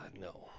no